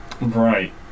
Right